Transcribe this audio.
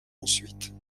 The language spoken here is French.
ensuite